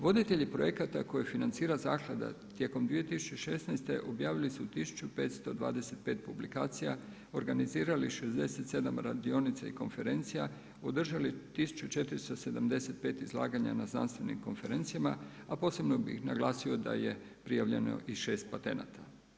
Voditelji projekata koje financira zaklada tijekom 2016. objavili su 1525 publikacija, organizirali 67 radionica i konferencija, održali 1475 izlaganja na znanstvenim konferencijama, a posebno bih naglasio da je prijavljeno i 6 patenata.